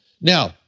Now